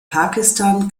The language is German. pakistan